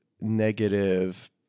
negative